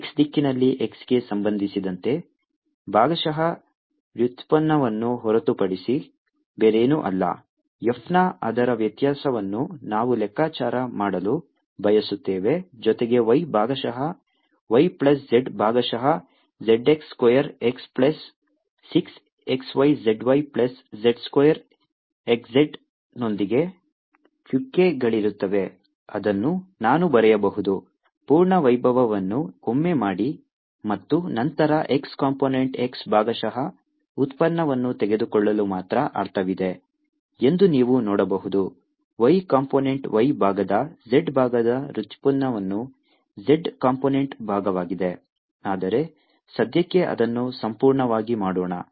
x ದಿಕ್ಕಿನಲ್ಲಿ x ಗೆ ಸಂಬಂಧಿಸಿದಂತೆ ಭಾಗಶಃ ವ್ಯುತ್ಪನ್ನವನ್ನು ಹೊರತುಪಡಿಸಿ ಬೇರೇನೂ ಅಲ್ಲ f ನ ಅದರ ವ್ಯತ್ಯಾಸವನ್ನು ನಾವು ಲೆಕ್ಕಾಚಾರ ಮಾಡಲು ಬಯಸುತ್ತೇವೆ ಜೊತೆಗೆ y ಭಾಗಶಃ y ಪ್ಲಸ್ z ಭಾಗಶಃ z x square x plus 6 xyzy plus z square xz ನೊಂದಿಗೆ ಚುಕ್ಕೆಗಳಿರುತ್ತವೆ ಅದನ್ನು ನಾನು ಬರೆಯಬಹುದು ಪೂರ್ಣ ವೈಭವವನ್ನು ಒಮ್ಮೆ ಮಾಡಿ ಮತ್ತು ನಂತರ x ಕಂಪೋನೆಂಟ್ x ಭಾಗಶಃ ಉತ್ಪನ್ನವನ್ನು ತೆಗೆದುಕೊಳ್ಳಲು ಮಾತ್ರ ಅರ್ಥವಿದೆ ಎಂದು ನೀವು ನೋಡಬಹುದು y ಕಂಪೋನೆಂಟ್ y ಭಾಗದ z ಭಾಗದ ವ್ಯುತ್ಪನ್ನವು z ಕಂಪೋನೆಂಟ್ ಭಾಗವಾಗಿದೆ ಆದರೆ ಸದ್ಯಕ್ಕೆ ಅದನ್ನು ಸಂಪೂರ್ಣವಾಗಿ ಮಾಡೋಣ